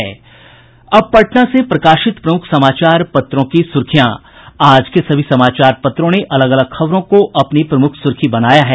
अब पटना से प्रकाशित प्रमुख समाचार पत्रों की सुर्खियां आज के सभी समाचार पत्रों ने अलग अलग खबरों को अपनी प्रमुख सुर्खी बनाया है